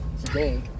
today